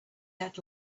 let